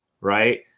right